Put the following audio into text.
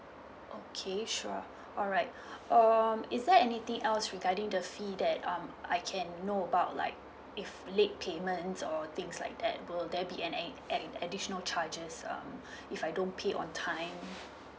okay sure alright um is there anything else regarding the fee that um I can know about like if late payment or things like that will there be any addi~ additional charges um if I don't pay on time